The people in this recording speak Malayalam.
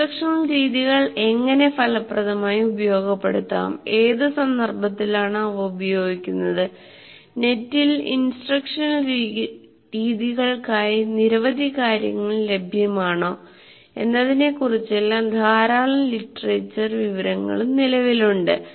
ഇൻസ്ട്രക്ഷണൽ രീതികൾ എങ്ങനെ ഫലപ്രദമായി ഉപയോഗപ്പെടുത്താം ഏത് സന്ദർഭത്തിലാണ് അവ ഉപയോഗിക്കുന്നത് നെറ്റിൽ ഇൻസ്ട്രക്ഷണൽ രീതികൾക്കായി നിരവധി കാര്യങ്ങൾ ലഭ്യമാണോ എന്നതിനെക്കുറിചെല്ലാം ധാരാളം ലിറ്ററേച്ചർ വിവരങ്ങളും നിലവിലുണ്ട്